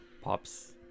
pops